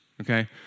okay